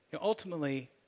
Ultimately